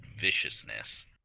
viciousness